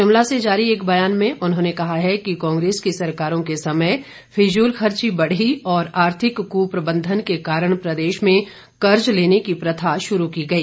शिमला से जारी एक बयान में उन्होंने कहा है कि कांग्रेस की सरकारों के समय फिजूलखर्ची बढ़ी और आर्थिक कुप्रबंधन के कारण प्रदेश में कर्जा लेने की प्रथा शुरू की गई